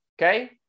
Okay